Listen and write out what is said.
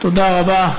תודה רבה.